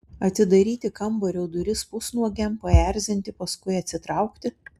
atidaryti kambario duris pusnuogiam paerzinti paskui atsitraukti